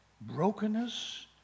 brokenness